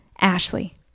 Ashley